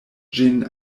ĝin